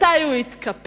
מתי הוא יתקפל,